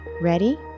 Ready